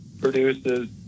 produces